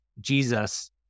Jesus